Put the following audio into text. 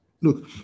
Look